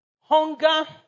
Hunger